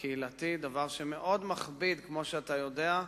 הקהילתי, דבר שמאוד מכביד, כמו שאתה יודע,